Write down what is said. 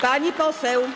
Pani Poseł!